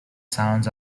sounds